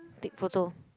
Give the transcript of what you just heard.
take photo